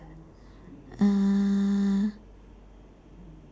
uh